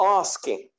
asking